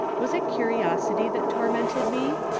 was it curiosity that tormented me?